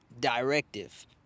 directive